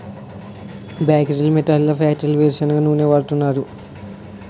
బేకరీల్లో మిఠాయి ఫ్యాక్టరీల్లో వేరుసెనగ నూనె వాడుతున్నారు